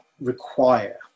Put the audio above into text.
require